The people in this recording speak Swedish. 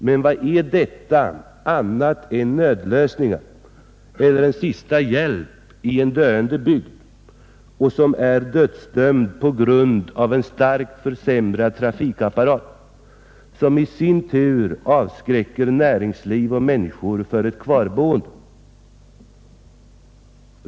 Men vad är detta annat än nödlösningar eller en sista hjälp för en döende bygd? Och bygden är dödsdömd på grund av en starkt försämrad trafikapparat, som i sin tur avskräcker näringsliv och människor från att stanna kvar.